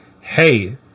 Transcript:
Hey